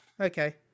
okay